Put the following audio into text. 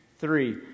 three